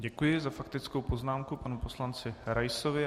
Děkuji za faktickou poznámku panu poslanci Raisovi.